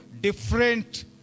different